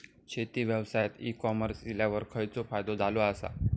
शेती व्यवसायात e commerce इल्यावर खयचो फायदो झालो आसा?